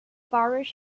farish